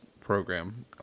program